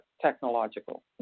Technological